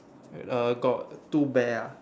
uh got two bear ah